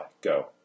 Go